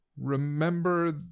Remember